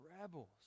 rebels